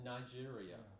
Nigeria